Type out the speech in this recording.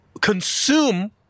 consume